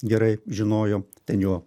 gerai žinojo ten jo